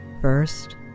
first